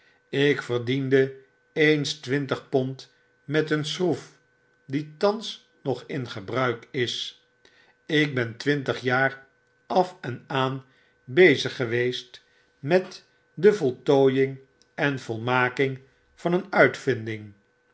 ik verdiende eens twintig pond met een schroef die thans nog in gebruik is ik ben twintig jaar af en aan bezig geweest aan de voltooiing en volmaking van een uitvinffing